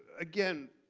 again,